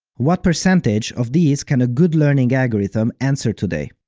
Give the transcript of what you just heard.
what percentage of these can a good learning algorithm answer today?